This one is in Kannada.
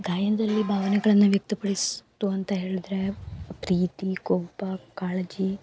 ಗಾಯನದಲ್ಲಿ ಭಾವನೆಗಳನ್ನ ವ್ಯಕ್ತಪಡಿಸುವುದು ಅಂತ ಹೇಳ್ದ್ರೆ ಪ್ರೀತಿ ಕೋಪ ಕಾಳಜಿ